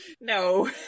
No